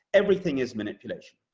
everything is manipulation.